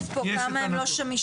כתוב פה כמה לא שמישים.